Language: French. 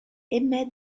émet